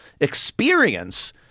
experience